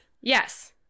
Yes